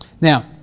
Now